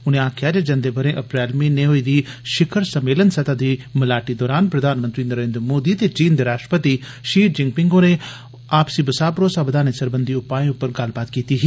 उनें आखेआ जे जंदे ब'रे अप्रैल म्हीने होई दी षिखर सम्मेलन सतह दी मलाटी दौरान प्रधानमंत्री नरेन्द्र मोदी ते चीन दे राश्ट्रपति षी जिनपिंग होरें आपसी बसाह भरोसा बधाने सरबंधी उपाएं पर गल्लबात कीती ही